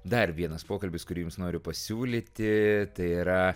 dar vienas pokalbis kurį jums noriu pasiūlyti tai yra